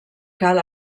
cal